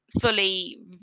fully